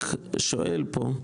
הוא לא מקבל תשובה פה,